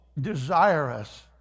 desirous